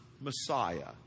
Messiah